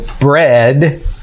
bread